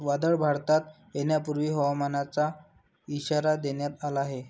वादळ भारतात येण्यापूर्वी हवामानाचा इशारा देण्यात आला आहे